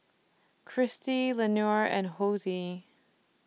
Christi Leonor and Hosie